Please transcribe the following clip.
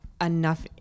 enough